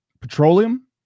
Petroleum